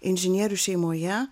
inžinierių šeimoje